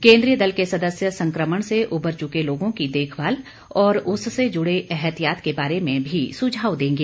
केन्द्रीय दल के सदस्य संक्रमण से उबर चुके लोगों की देखभाल और उससे ज़्डे एहतियात के बारे में भी सुझाव देंगे